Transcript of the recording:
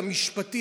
גם משפטי,